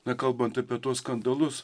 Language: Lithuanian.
nekalbant apie tuos skandalus